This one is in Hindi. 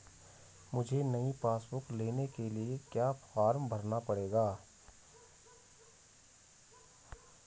मुझे नयी पासबुक बुक लेने के लिए क्या फार्म भरना पड़ेगा?